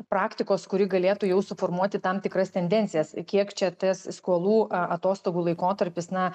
praktikos kuri galėtų jau suformuoti tam tikras tendencijas kiek čia tas skolų atostogų laikotarpis na